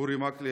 אורי מקלב,